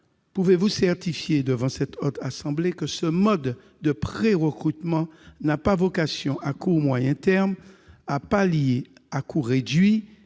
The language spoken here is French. pouvez-vous certifier, devant la Haute Assemblée, que ce mode de prérecrutement n'a pas vocation, à court, à moyen ou à long terme, à pallier, à coût réduit,